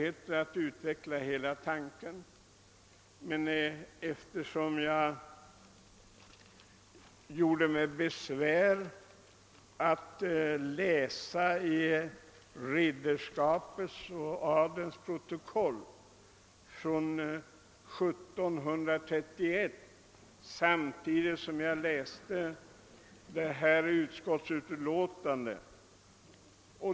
Jag gjorde mig besväret att läsa i ridderskapets och adelns protokoll från 1731 samtidigt som jag läste förevarande utskottsutlåtande.